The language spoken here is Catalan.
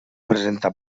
presenta